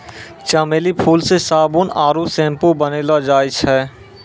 चमेली फूल से साबुन आरु सैम्पू बनैलो जाय छै